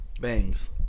bangs